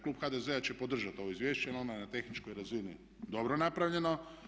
Klub HDZ-a će podržati ovo izvješće jer ono je na tehničkoj razini dobro napravljeno.